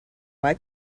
why